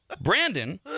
Brandon